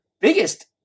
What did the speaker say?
biggest